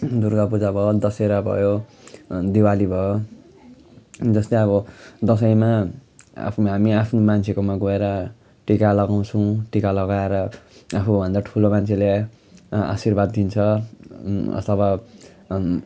दुर्गा पूजा भयो दसहरा भयो दिवाली भयो जस्तै अब दसैँमा आफ्नो हामी आफ्नो मान्छेकोमा गएर टिका लगाउँछौँ टिका लगाएर आफूभन्दा ठुलो मान्छेले आशीर्वाद दिन्छ अथवा